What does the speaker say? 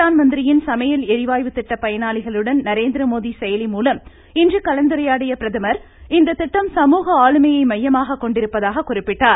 பிரதான் மந்திரியின் சமையல் எரிவாயு திட்ட பயனாளிகளுடன் நரேந்திரமோடி செயலிமூலம் இன்று கலந்துரையாடிய பிரதமர் இந்த திட்டம் சமூக ஆளுமையை மையமாகக் கொண்டிருப்பதாகக் குறிப்பிட்டார்